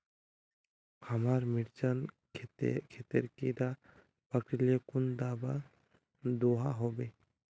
हमार मिर्चन खेतोत कीड़ा पकरिले कुन दाबा दुआहोबे?